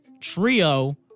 trio